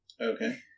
Okay